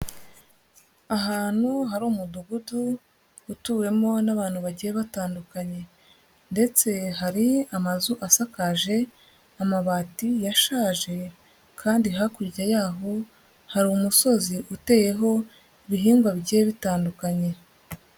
Ahantu hari Umudugudu utuwemo n'abantu bagiye batandukanye ndetse hari amazu asakaje amabati yashaje kandi hakurya yaho hari umusozi uteyeho ibihingwa bigiye bitandukanye.